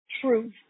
truth